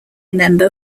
member